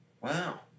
Wow